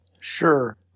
Sure